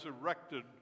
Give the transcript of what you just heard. erected